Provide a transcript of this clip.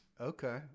Okay